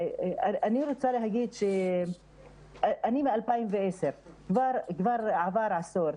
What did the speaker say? אני בתפקיד משנת 2010, כבר עבר עשור.